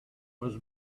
was